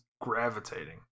gravitating